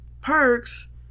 Perks